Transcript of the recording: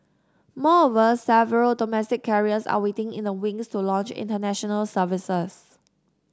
moreover several domestic carriers are waiting in the wings to launch International Services